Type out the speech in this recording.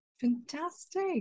Fantastic